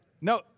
No